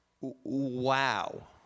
wow